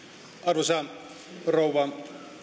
arvoisa rouva